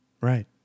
Right